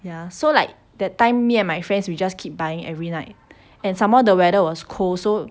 ya so like that time me and my friends we just keep buying every night and some more the weather was cold so